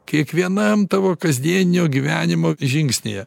kiekvienam tavo kasdienio gyvenimo žingsnyje